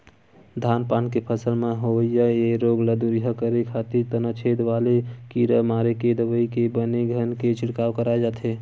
धान पान के फसल म होवई ये रोग ल दूरिहा करे खातिर तनाछेद करे वाले कीरा मारे के दवई के बने घन के छिड़काव कराय जाथे